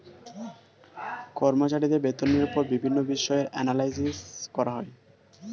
কর্মচারীদের বেতনের উপর বিভিন্ন বিষয়ে অ্যানালাইসিস করা হয়